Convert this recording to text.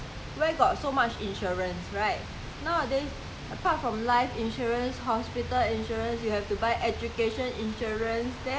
I mean those seller you think they're stupid they try to think of what sort of what what what what sort of what sort of good I mean those customers want to buy